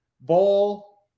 Ball